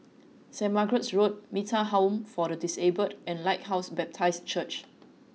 St Margaret's Road Metta Home for the Disabled and Lighthouse Baptist Church